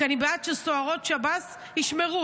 כי אני בעד שסוהרות שב"ס ישמרו.